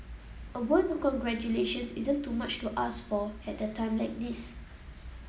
a word of congratulations isn't too much to ask for at a time like this